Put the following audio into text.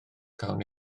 cawn